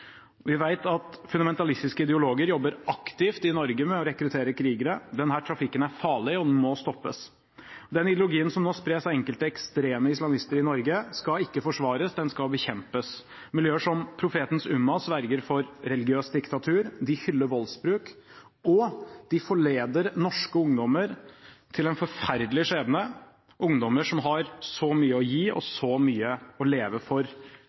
Vi vet at fundamentalistiske ideologer jobber aktivt i Norge med å rekruttere krigere. Denne trafikken er farlig, og den må stoppes. Den ideologien som nå spres av enkelte ekstreme islamister i Norge, skal ikke forsvares, den skal bekjempes. Miljøer som Profetens Ummah sverger til religiøst diktatur, de hyller voldsbruk, og de forleder norske ungdommer til en forferdelig skjebne – ungdommer som har så mye å gi og så mye å leve for,